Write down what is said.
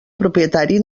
propietari